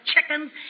chickens